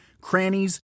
crannies